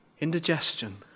indigestion